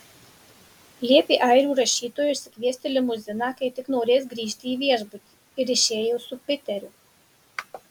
liepė airių rašytojui išsikviesti limuziną kai tik norės grįžti į viešbutį ir išėjo su piteriu